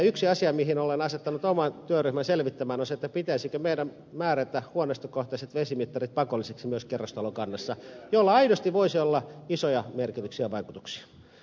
yksi asia jota olen asettanut oman työryhmänsä selvittämään on se pitäisikö määrätä huoneistokohtaiset vesimittarit pakollisiksi myös kerrostalokannassa millä aidosti voisi olla isoja merkityksiä ja vaikutuksia